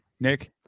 Nick